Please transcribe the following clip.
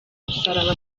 umusaraba